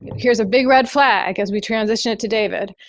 here's a big red flag as we transition it to david.